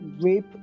rape